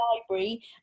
library